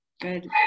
Good